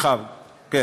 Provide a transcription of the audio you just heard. הם